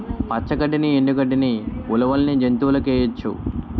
పచ్చ గడ్డిని ఎండు గడ్డని ఉలవల్ని జంతువులకేయొచ్చు